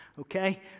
okay